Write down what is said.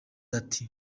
ati